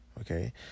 okay